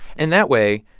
and that way,